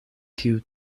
kiu